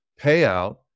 payout